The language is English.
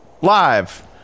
live